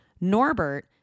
Norbert